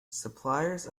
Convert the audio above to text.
suppliers